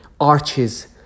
arches